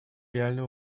реальную